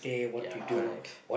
ya correct